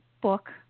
book